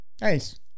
Nice